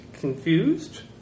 confused